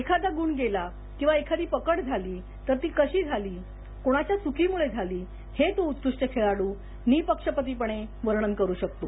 एखादा गृण गेला किंवा एखादी पकड झाली तर ती कशी झाली कोणाच्या चुकीमुळे झाली हे तो खेळाडू निःपक्षपातीपणे वर्णन करू शकतो